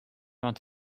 vingt